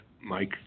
Mike